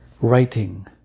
Writing